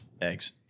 Eggs